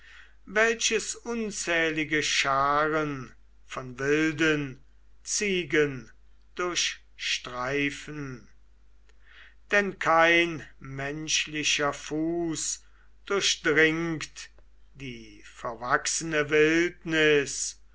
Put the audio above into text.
welches unzählige scharen von wilden ziegen durchstreifen denn kein menschlicher fuß durchdringt die verwachsene wildnis